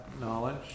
knowledge